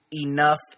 enough